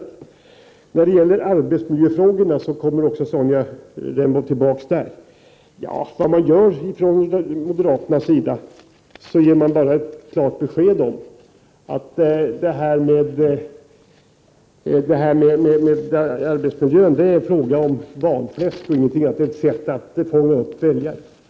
Också när det gäller arbetsmiljöfrågorna kommer Sonja Rembo tillbaka. Vad moderaterna gör är bara att ge klart besked om att det där med arbetsmiljön är fråga om valfläsk, ingenting annat — ett sätt att fånga upp väljare.